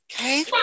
Okay